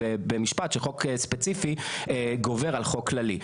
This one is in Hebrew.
במשפט הוא שחוק ספציפי גובר על חוק כללי.